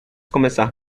começar